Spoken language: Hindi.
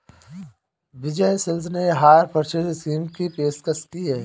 विजय सेल्स ने हायर परचेज स्कीम की पेशकश की हैं